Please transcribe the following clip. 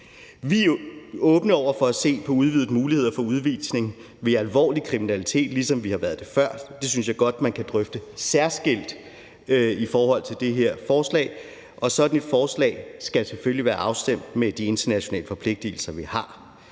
er åbne over for at se på udvidede muligheder for udvisning ved alvorlig kriminalitet, ligesom vi har været det før. Det synes jeg godt man kan drøfte særskilt i forhold til det her forslag. Og sådan et forslag skal selvfølgelig være afstemt med de internationale forpligtigelser, vi har.